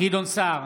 גדעון סער,